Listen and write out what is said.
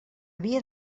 havia